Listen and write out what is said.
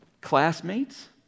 Classmates